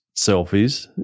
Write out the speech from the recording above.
selfies